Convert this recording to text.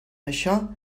això